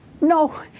No